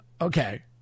Okay